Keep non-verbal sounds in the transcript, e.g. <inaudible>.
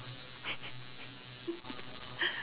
<laughs>